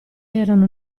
erano